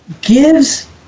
gives